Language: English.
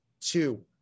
Two